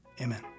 Amen